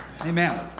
Amen